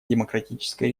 демократической